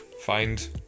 find